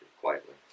quietly